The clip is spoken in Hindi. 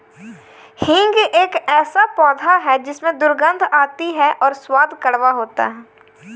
हींग एक ऐसा पौधा है जिसमें दुर्गंध आती है और स्वाद कड़वा होता है